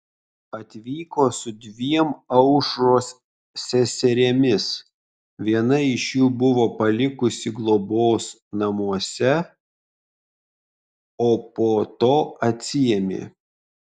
atvyko su dviem aušros seserimis vieną iš jų irgi buvo palikusi globos namuose o po to atsiėmė